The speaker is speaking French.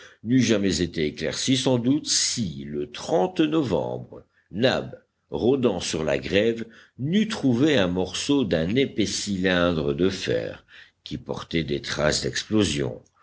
n'eût jamais été éclairci sans doute si le novembre nab rôdant sur la grève n'eût trouvé un morceau d'un épais cylindre de fer qui portait des traces d'explosion